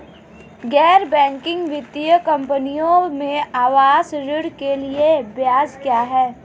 गैर बैंकिंग वित्तीय कंपनियों में आवास ऋण के लिए ब्याज क्या है?